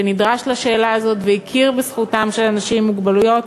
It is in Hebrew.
שנדרש לשאלה הזאת והכיר בזכותם של אנשים עם מוגבלויות